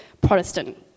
Protestant